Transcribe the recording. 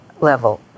level